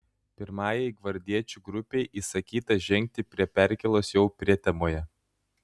pirmajai gvardiečių grupei įsakyta žengti prie perkėlos jau prietemoje